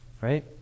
right